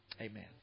amen